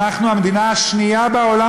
אנחנו המדינה השנייה בעולם,